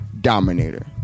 dominator